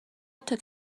took